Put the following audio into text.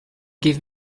give